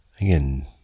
Again